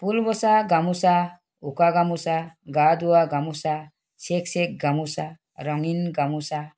ফুলবচা গামোৱা উকা গামোচা গা ধোৱা গামোচা চেক চেক গামোচা ৰঙীন গামোচা